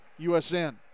USN